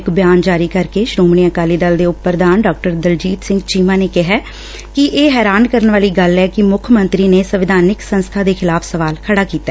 ਇਕ ਬਿਆਨ ਜਾਰੀ ਕਰਕੇ ਸ੍ਰੋਮਣੀ ਅਕਾਲੀ ਦਲ ਦੇ ਉਪ ਪ੍ਰਧਾਨ ਡਾ ਦਲਜੀਤ ਸਿੰਘ ਚੀਮਾ ਨੇ ਕਿਹਾ ਕਿ ਇਹ ਹੈਰਾਨ ਕਰਨ ਵਾਲੀ ਗੱਲ ਐ ਕਿ ਮੁੱਖ ਮੰਤਰੀਨੇ ਸੰਵਿਧਾਨਕ ਸੰਸਥਾ ਦੇ ਖਿਲਾਫ਼ ਸਵਾਲ ਖੜਾ ਕੀਤਾ